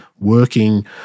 working